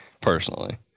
personally